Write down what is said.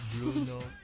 Bruno